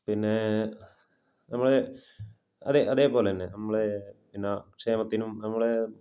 പിന്നേ നമ്മളെ അതേ അതേപോലെ തന്നെ നമ്മളെ പിന്നെ ക്ഷേമത്തിനും നമ്മളെ